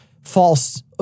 False